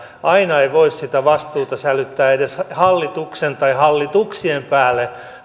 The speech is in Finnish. aina ei voi sitä vastuuta sälyttää edes hallituksen tai hallituksien päälle